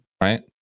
right